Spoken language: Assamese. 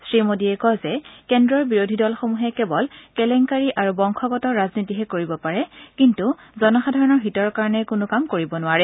শ্ৰীমোদীয়ে কয় যে কেন্দ্ৰৰ বিৰোধি দলসমূহে কেৱল কেলেংকাৰী আৰু বংশগত ৰাজনীতিহে কৰিব পাৰে কিন্তু জনসাধাৰণৰ হিতৰ কাৰণে কোনো কাম কৰিব নোৱাৰে